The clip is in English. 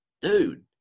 dude